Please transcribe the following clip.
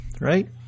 right